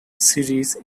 series